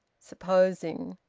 supposing.